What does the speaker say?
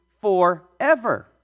forever